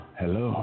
hello